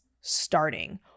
starting